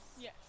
Yes